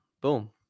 boom